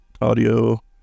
audio